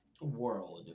world